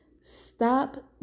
Stop